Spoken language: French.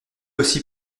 aussi